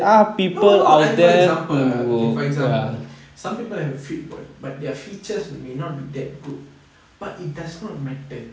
no no for example okay for example some people have a fit body but their features may not be that good but it does not matter